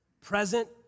Present